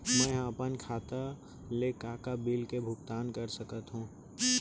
मैं ह अपन खाता ले का का बिल के भुगतान कर सकत हो